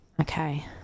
Okay